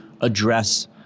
address